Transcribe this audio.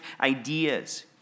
ideas